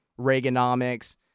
Reaganomics